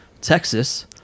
texas